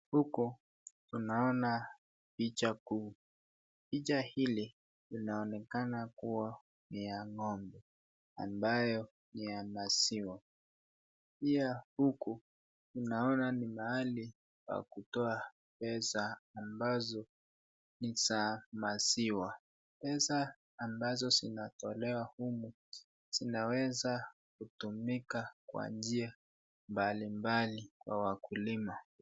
Huku tunaona picha kuu, picha hili inaonkena kuwa ni ha ng'ombe ambayo ni ya maziwa, pia huku tunaona ni mahali pa kutoa pesa ambazo ni za maziwa, pesa ambazo zinatolewa humu, zinaweza kutumika kwa njia mbalimbali kwa wakulima.